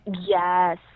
Yes